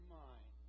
mind